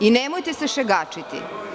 Nemojte se šegačiti.